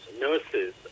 nurses